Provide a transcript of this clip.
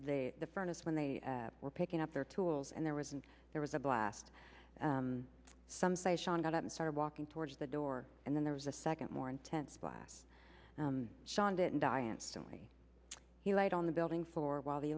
they the furnace when they were picking up their tools and there was and there was a blast some say sean got up and started walking towards the door and then there was a second more intense blast sean didn't die instantly he laid on the building for a while the